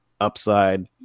upside